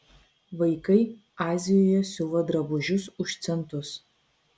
vaikai azijoje siuva drabužius už centus